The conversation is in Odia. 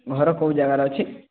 ଘର କୋଉ ଯାଗାରେ ଅଛି